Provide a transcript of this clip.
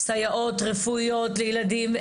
סייעות רפואיות לילדים.